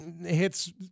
hits